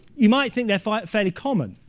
you might think they're fairly common.